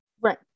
right